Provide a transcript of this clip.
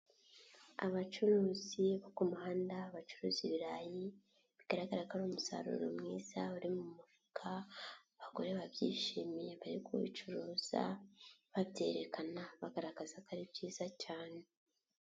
Abacuruzi bo k'umuhanda bacuruza ibirayi, bigaragara ko ari umusaruro mwiza uri mu mufuka, abagore babyishimiye bari kubicuruza babyerekana bagaragaza ko ari byiza cyane.